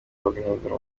bagahindura